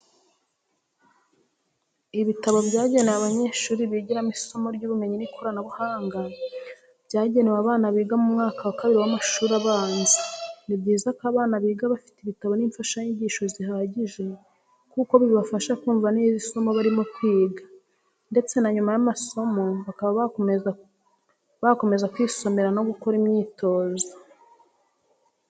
Ibitabo byanegewe abanyeshuri bigiramo isomo ry'ubumenyi n'ikoranabuhanga, byagenewe abana biga mu mwaka wa kabiri w'amashuri abanza, ni byiza ko abana biga bafite ibitabo n'imfashanyigisho zihagije kuko bibafasha kumva neza isomo barimo kwiga, ndetse na nyuma y'amasomo bakaba bakomeza kwisomera no gukora imyitozo.